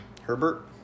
Herbert